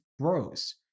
grows